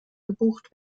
gebucht